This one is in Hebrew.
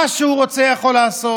מה שהוא רוצה יכול לעשות,